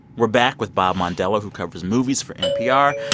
we're back with bob mondello, who covers movies for npr,